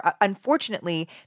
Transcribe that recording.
Unfortunately